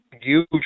huge